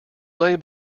lay